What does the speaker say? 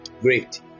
great